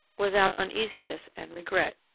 without uneasiness and regret.